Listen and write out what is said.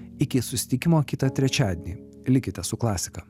iki susitikimo kitą trečiadienį likite su klasika